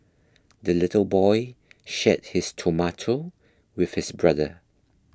the little boy shared his tomato with his brother